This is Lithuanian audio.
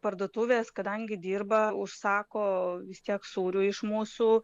parduotuvės kadangi dirba užsako vis tiek sūrių iš mūsų